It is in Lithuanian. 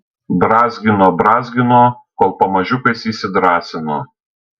brązgino brązgino kol pamažiukais įsidrąsino